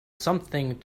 something